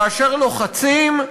כאשר לוחצים,